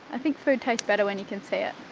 i think food tastes better when you can see it.